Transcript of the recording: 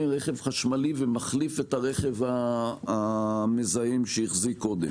רכב חשמלי ומחליף את הרכב המזהם שהחזיק קודם.